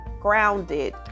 grounded